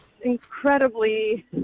incredibly